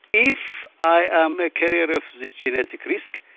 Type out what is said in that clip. if i am a carrier of the genetic risk,